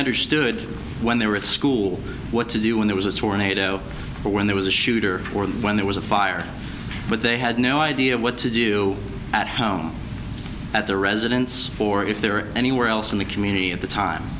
understood when they were at school what to do when there was a tornado or when there was a shooter or when there was a fire but they had no idea what to do at home at the residence or if there anywhere else in the community at the time